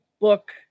book